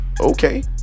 Okay